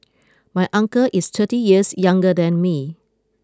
my uncle is thirty years younger than me